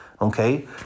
okay